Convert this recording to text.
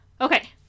Okay